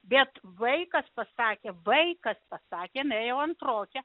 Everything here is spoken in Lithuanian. bet vaikas pasakė vaikas pasakė jinai jau antrokė